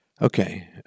Okay